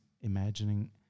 imagining